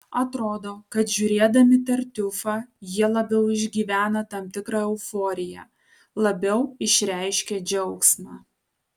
atrodo kad žiūrėdami tartiufą jie labiau išgyvena tam tikrą euforiją labiau išreiškia džiaugsmą